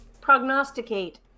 Prognosticate